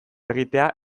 egitea